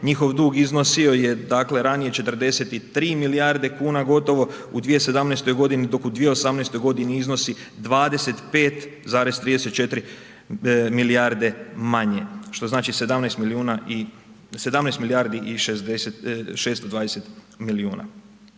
njihov dug iznosio je dakle ranije 43 milijarde kuna gotovo u 2017. godini, dok u 2018. godini iznosi 25,34 milijarde manje, što znači 17 milijuna i, 17 milijardi